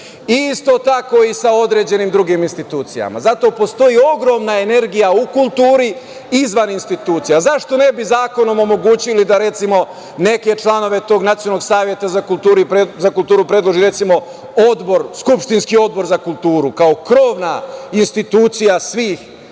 Isto je tako i sa određenim drugim institucijama. Zato postoji ogromna energije u kulturi izvan institucija. A zašto ne bi zakonom omogućili da, recimo, neke članove tog Nacionalnog saveta za kulturu predloži Odbor za kulturu skupštinski kao krovna institucija svih kulturnih